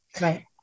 Right